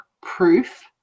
proof